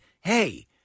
hey